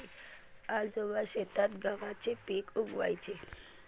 आजोबा शेतात गव्हाचे पीक उगवयाचे